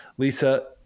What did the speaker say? Lisa